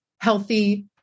healthy